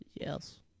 Yes